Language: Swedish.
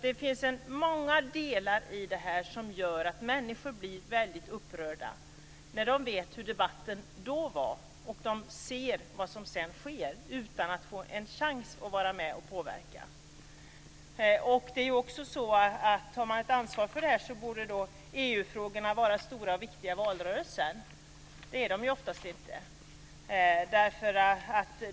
Det finns många delar i detta som gör att människor blir väldigt upprörda, när de vet hur debatten då var och de ser vad som sedan sker utan att få en chans att vara med och påverka. Om man tar ansvar för detta borde EU-frågorna vara stora och viktiga frågor i valrörelsen. Det är de oftast inte.